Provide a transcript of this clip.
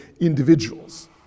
individuals